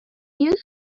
you